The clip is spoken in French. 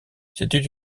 c’était